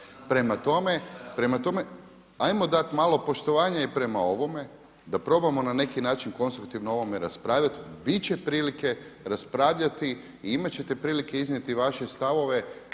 Prema tome, hajmo dat malo poštovanje i prema ovome, da probamo na neki način konstruktivno o ovome raspravljati. Bit će prilike raspravljati i imat ćete prilike iznijeti vaše stavove